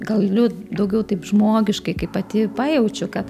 galiu daugiau taip žmogiškai kai pati pajaučiu kad